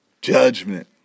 judgment